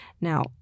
Now